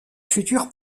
futur